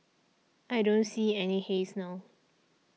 I don't see any haze now